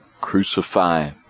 crucify